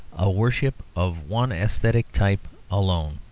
a worship of one aesthetic type alone.